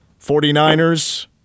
49ers